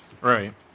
Right